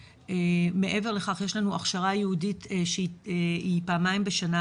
מעבר לכך יש לנו הכשרה ייעודית שהיא מתקיימת פעמיים בשנה,